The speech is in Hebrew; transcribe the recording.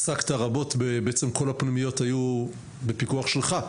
ובעצם כל הפנימיות היו בפיקוח שלך.